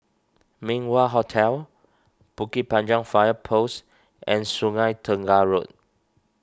Min Wah Hotel Bukit Panjang Fire Post and Sungei Tengah Road